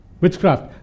Witchcraft